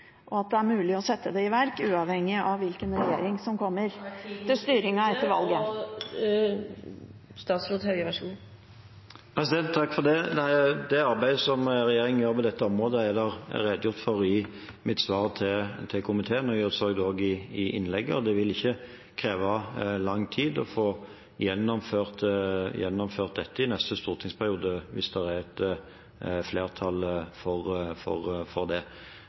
og at det er mulig å sette det i verk, uavhengig av hvilken endring som kommer… Tiden er ute. Det arbeidet som regjeringen gjør på dette området, er det redegjort for i mitt svar til komiteen og i innlegget. Det vil ikke kreve lang tid å få gjennomført dette i neste stortingsperiode hvis det er et flertall for det. Så det